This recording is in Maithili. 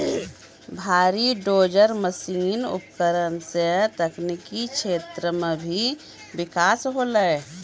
भारी डोजर मसीन उपकरण सें तकनीकी क्षेत्र म भी बिकास होलय